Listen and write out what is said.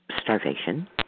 starvation